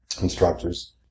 instructors